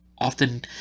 often